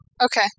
Okay